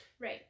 right